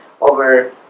over